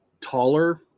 taller